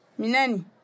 Minani